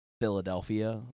Philadelphia